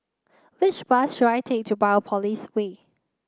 which bus should I take to Biopolis Way